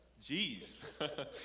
jeez